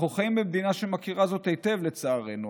אנחנו חיים במדינה שמכירה זאת היטב, לצערנו.